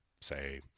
say